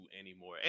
anymore